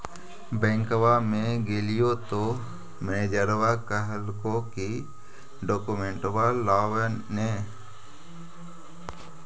बैंकवा मे गेलिओ तौ मैनेजरवा कहलको कि डोकमेनटवा लाव ने?